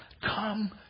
Come